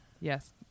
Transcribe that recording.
yes